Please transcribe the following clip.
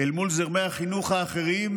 אל מול זרמי החינוך האחרים,